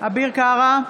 אביר קארה,